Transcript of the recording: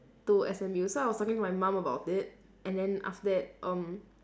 to S_M_U so I was talking to my mum about it and then after that um